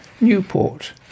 Newport